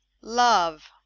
love